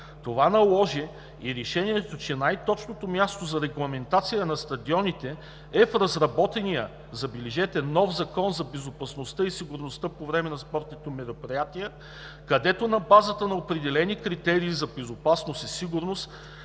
Това наложи и решението, че най-точното място за регламентация на стадионите е в разработения, забележете, нов Закон за безопасността и сигурността по време на спортните мероприятия, където на базата на определени критерии за безопасност и сигурност